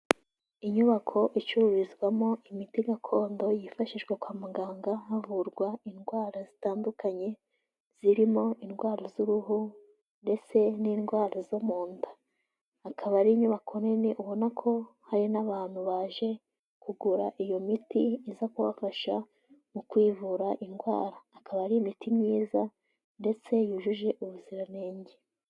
Inyubako icururizwamo imiti gakondo, yifashishwa kwa muganga havurwa indwara zitandukanye, zirimo indwara z'uruhu ndetse n'indwara zo mu nda, akaba ari inyubako nini ubona ko hari n'abantu baje kugura iyo miti, iza kubafasha mu kwivura indwara, akaba ari imiti myiza ndetse yujuje ubuziranenge.